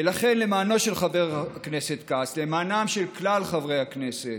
ולכן, למען חבר הכנסת כץ, למען כלל חברי הכנסת,